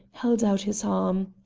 held out his arm.